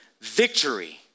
victory